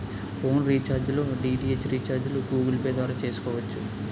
phone recharge లో DTH రీఛార్జిలు Google pay ద్వారా చేసుకోవచ్చు